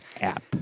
app